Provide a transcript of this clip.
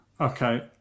Okay